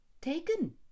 taken